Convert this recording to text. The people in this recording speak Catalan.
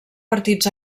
partits